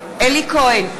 בעד אלי כהן,